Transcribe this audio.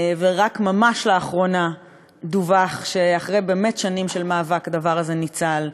ורק ממש לאחרונה דווח שאחרי באמת שנים של מאבק החוף הזה ניצל.